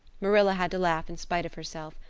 marilla had to laugh in spite of herself.